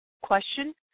question